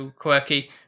quirky